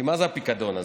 כי מה זה הפיקדון הזה?